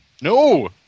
No